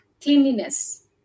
cleanliness